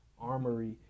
armory